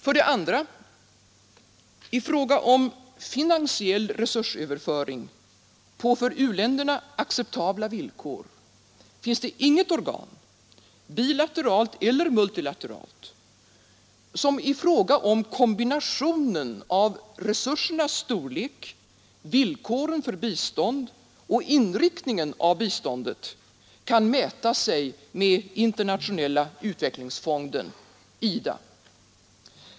För det andra: I fråga om finansiell resursöverföring på för u-länderna acceptabla villkor finns inget organ, bilateralt eller multilateralt, som i fråga om kombinationen av resursernas storlek, villkoren för bistånd och inriktningen av biståndet kan mäta sig med Internationella utvecklingsfonden, IDA.